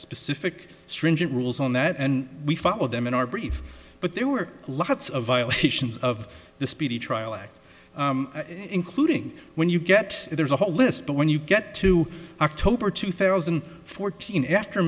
specific stringent rules on that and we followed them in our brief but there were lots of violations of the speedy trial act including when you get there's a whole list but when you get to october two thousand and fourteen after